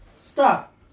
Stop